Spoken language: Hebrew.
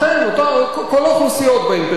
כל האוכלוסיות באימפריה,